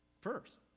first